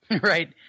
Right